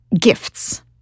gifts